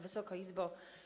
Wysoka Izbo!